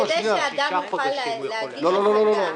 כדי שאדם יוכל להגיש -- לא, לא.